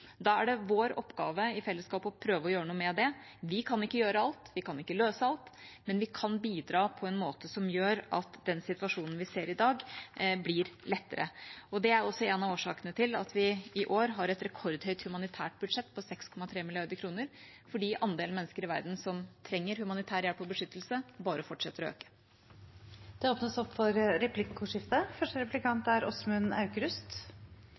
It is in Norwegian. Da er det vår oppgave i fellesskap å prøve å gjøre noe med det. Vi kan ikke gjøre alt, vi kan ikke løse alt, men vi kan bidra på en måte som gjør at den situasjonen vi ser i dag, blir lettere. Det er også en av årsakene til at vi i år har et rekordhøyt humanitært budsjett, på 6,3 mrd. kr, fordi andelen mennesker i verden som trenger humanitær hjelp og beskyttelse, bare fortsetter å øke. Det blir replikkordskifte. Takk til utenriksministeren for